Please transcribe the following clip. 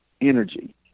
energy